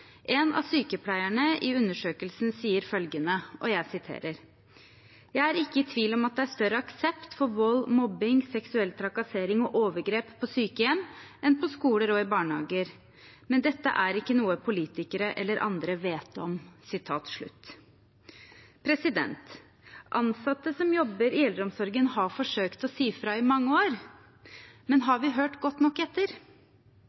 En av sykepleierne i undersøkelsen sier følgende: «Jeg er ikke i tvil om at det er større aksept for vold, mobbing, seksuell trakassering og overgrep på sykehjem enn på skoler og i barnehager. Men dette er ikke noe politikere eller andre vet om.» Ansatte som jobber i eldreomsorgen, har forsøkt å si fra i mange år. Men har vi hørt godt nok etter?